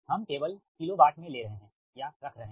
हम केवल किलोवाट में ले रहे है या रख रहे है